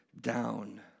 down